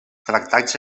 tractats